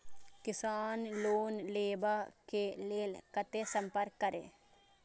किसान लोन लेवा के लेल कते संपर्क करें?